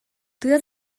тыа